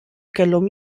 kellhom